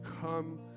come